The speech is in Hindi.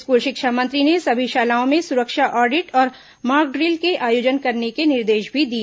स्कूल शिक्षा मंत्री ने सभी शालाओं में सुरक्षा ऑडिट और मॉकड़िल के आयोजन करने के निर्देश भी दिए